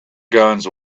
guns